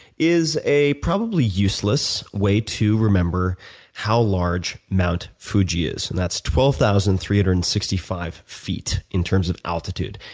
is a probably useless way to remember how large mount fuji is, and that's twelve thousand three hundred and sixty five feet in terms of altitude.